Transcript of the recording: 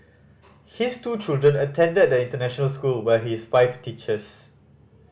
his two children attend the international school where his wife teaches